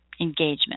engagement